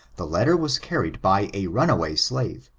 the letter was carried by a runaway slave,